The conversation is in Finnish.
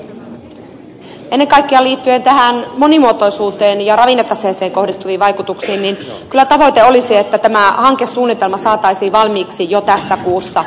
ennen kaikkea liittyen tähän monimuotoisuuteen ja ravinnetaseeseen kohdistuviin vaikutuksiin tavoite kyllä olisi että tämä hankesuunnitelma saataisiin valmiiksi jo tässä kuussa